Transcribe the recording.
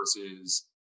versus